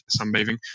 sunbathing